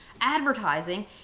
advertising